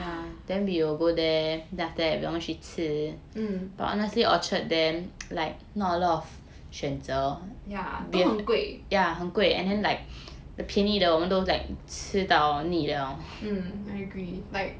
mm ya 都很贵 mm I agree like